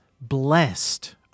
Blessed